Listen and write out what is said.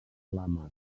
flames